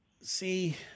See